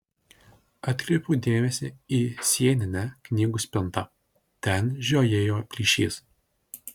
atkreipiau dėmesį į sieninę knygų spintą ten žiojėjo plyšys